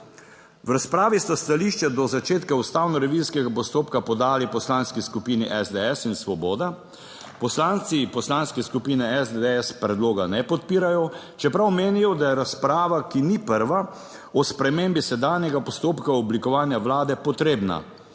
V razpravi sta stališče do začetka ustavno revizijskega postopka podali poslanski skupini SDS in Svoboda. Poslanci Poslanske skupine SDS predloga ne podpirajo, čeprav menijo, da je razprava, ki ni prva, o spremembi sedanjega postopka oblikovanja vlade, potrebna.